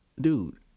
dude